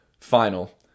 final